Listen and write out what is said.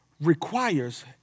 requires